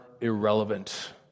irrelevant